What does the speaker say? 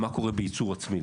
מה קורה בייצור עצמי,